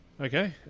Okay